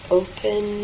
open